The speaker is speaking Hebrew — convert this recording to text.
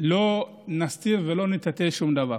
לא נסתיר ולא נטאטא שום דבר.